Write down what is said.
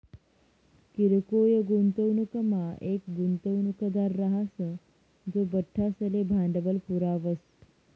किरकोय गुंतवणूकमा येक गुंतवणूकदार राहस जो बठ्ठासले भांडवल पुरावस